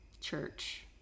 church